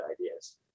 ideas